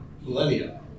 millennia